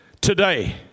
today